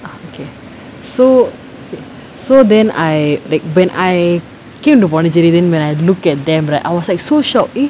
ah okay so so then I like when I came to pondichery then when I look at them right I was like so shocked eh